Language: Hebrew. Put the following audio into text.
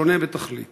שונה בתכלית.